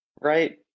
Right